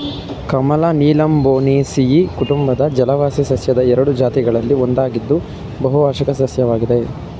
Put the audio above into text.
ಕಮಲ ನೀಲಂಬೊನೇಸಿಯಿ ಕುಟುಂಬದ ಜಲವಾಸಿ ಸಸ್ಯದ ಎರಡು ಜಾತಿಗಳಲ್ಲಿ ಒಂದಾಗಿದ್ದು ಬಹುವಾರ್ಷಿಕ ಸಸ್ಯವಾಗಿದೆ